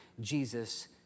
Jesus